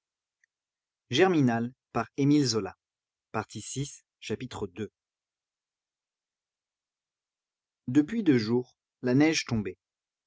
depuis deux jours la neige tombait